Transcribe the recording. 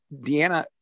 Deanna